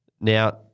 Now